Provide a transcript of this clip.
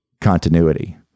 continuity